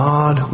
God